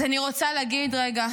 אז אני רוצה להגיד רגע,